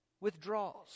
withdraws